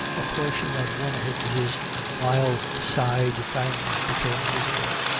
a portion of one of his vile side fangs became visible,